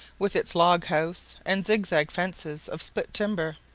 with its log-house and zig-zag fences of split timber